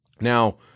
Now